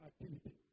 activity